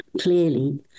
clearly